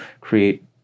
create